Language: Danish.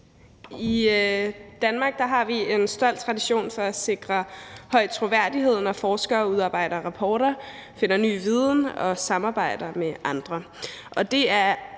I Danmark har vi en stolt tradition for at sikre høj troværdighed, når forskere udarbejder rapporter, finder ny viden og samarbejder med andre,